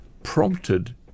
prompted